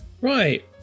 Right